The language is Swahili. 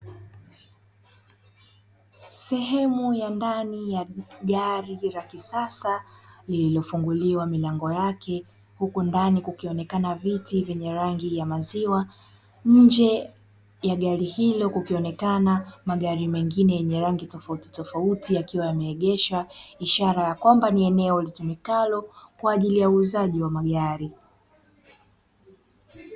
Sehemu ya ndani ya gari la kisasa lililofunguliwa milango yake huku ndani kukionekana viti vya rangi ya maziwa, nje ya gari hilo kukionekana magari mengine yenye rangi tofauti tofauti yakiwa yameegeshwa ishara ya kwamba ni eneo litumikalo kwaajili yauuzaji wa agari.